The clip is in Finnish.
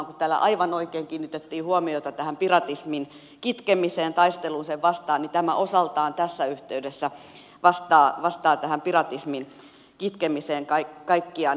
kun täällä aivan oikein kiinnitettiin huomiota piratismin kitkemiseen taisteluun sitä vastaan niin tämä osaltaan tässä yhteydessä vastaa tähän piratismin kitkemiseen kaikkiaan